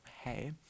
hey